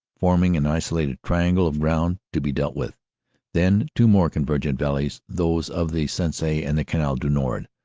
forming an isolated triangle of ground to be dealt with then two more convergent valleys, those of the sensee and the canal du nord,